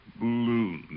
balloon